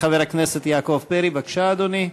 חבר הכנסת יעקב פרי, בבקשה, אדוני.